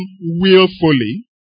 willfully